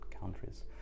countries